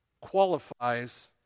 qualifies